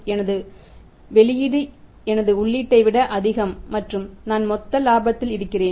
எனது வெளியீடு எனது உள்ளீட்டை விட மிக அதிகம் மற்றும் நான் மொத்த லாபத்தில் இருக்கிறேன்